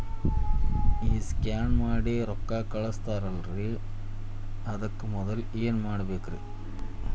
ಈ ಸ್ಕ್ಯಾನ್ ಮಾಡಿ ರೊಕ್ಕ ಕಳಸ್ತಾರಲ್ರಿ ಅದಕ್ಕೆ ಮೊದಲ ಏನ್ ಮಾಡ್ಬೇಕ್ರಿ?